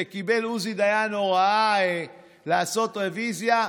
קיבל עוזי דיין הוראה לעשות רוויזיה,